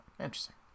Interesting